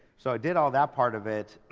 so i did all that part of it,